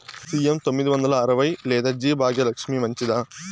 CM తొమ్మిది వందల అరవై లేదా జి భాగ్యలక్ష్మి మంచిదా?